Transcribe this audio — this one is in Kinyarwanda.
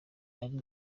ari